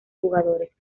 jugadores